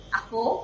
ako